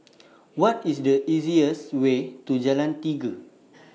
What IS The easiest Way to Jalan Tiga